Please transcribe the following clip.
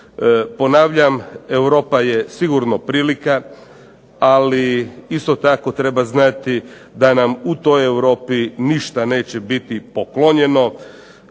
Ponavljam Europa je sigurno prilika, ali isto treba znati da nam u toj Europi ništa neće biti poklonjeno,